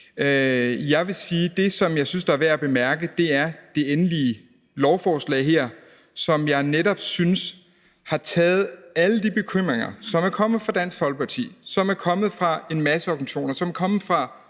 Jeg vil sige, at det, som jeg synes er værd at bemærke, er det endelige lovforslag her, som jeg netop synes har taget alle de bekymringer, som er kommet fra Dansk Folkeparti, som er kommet fra en masse organisationer, og som også er kommet fra